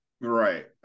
Right